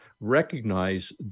recognize